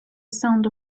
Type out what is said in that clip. sound